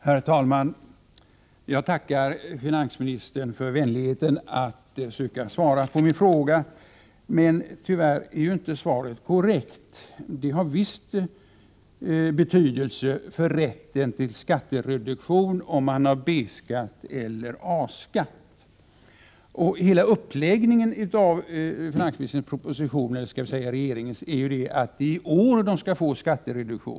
Herr talman! Jag tackar finansministern för vänligheten att försöka svara på min fråga, men svaret är tyvärr inte korrekt. Det har visst betydelse för rätten till skattereduktion om man har A-skatt eller B-skatt. Hela uppläggningen av regeringens proposition är ju den att det är i år som man skall få skattereduktion.